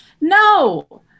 no